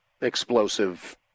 explosive